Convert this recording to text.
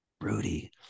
Rudy